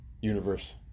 universe